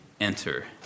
enter